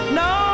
no